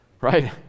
Right